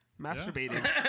Masturbating